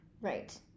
Right